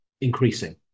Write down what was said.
increasing